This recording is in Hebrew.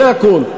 זה הכול,